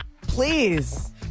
please